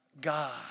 God